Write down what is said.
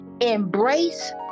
embrace